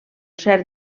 cert